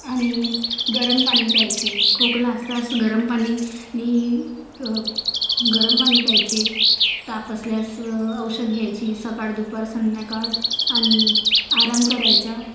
आणि गरम पाणी प्यायचे खोकला असल्यास गरम पाणी नी गरम पाणी प्यायचे ताप असल्यास औषध घ्यायची सकाळ दुपार संध्याकाळ आणि आराम करायचा